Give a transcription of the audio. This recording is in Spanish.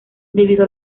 debido